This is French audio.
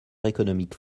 économique